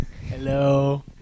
Hello